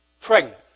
pregnant